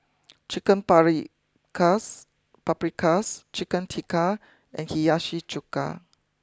Chicken Paprikas Chicken Tikka and Hiyashi Chuka